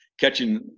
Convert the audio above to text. catching